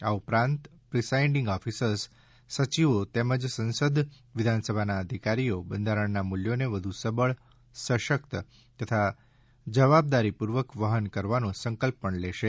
આ ઉપરાંત presiding officers સચિવો તેમજ સંસદ વિધાનસભાના અધિકારીઓ બંધારણના મૂલ્યોને વધુ સબળ સશક્ત તથા જવાબદારીપૂર્વક વહન કરવાનો સંકલ્પ પણ લેશે